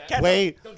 wait